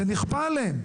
זה נכפה עליהם.